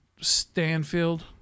Stanfield